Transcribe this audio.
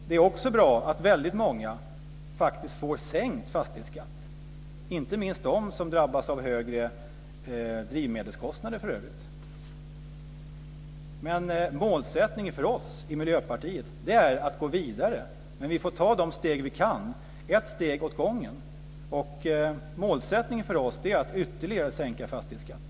Det är också bra att väldigt många faktiskt får sänkt fastighetsskatt, inte minst de som drabbas av högre drivmedelskostnader. Målsättningen för oss i Miljöpartiet är att gå vidare, men vi får ta de steg vi kan - ett steg åt gången. Målsättningen för oss är att ytterligare sänka fastighetsskatten.